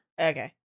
okay